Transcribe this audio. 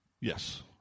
Yes